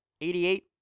88